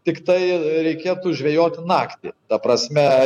tiktai reikėtų žvejoti naktį ta prasme